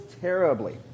terribly